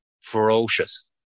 ferocious